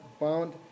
bound